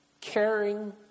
Caring